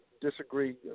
disagree